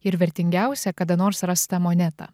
ir vertingiausią kada nors rastą monetą